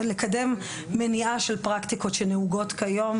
מניעה של פרקטיקות שנהוגות היום,